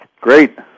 Great